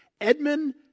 Edmund